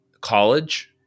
college